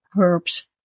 herbs